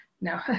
No